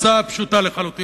הצעה פשוטה לחלוטין,